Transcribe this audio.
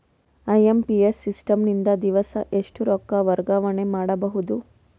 IMPS system ನಿಂದ ದಿವಸಾ ಎಷ್ಟ ರೊಕ್ಕ ವರ್ಗಾವಣೆ ಮಾಡಬಹುದು?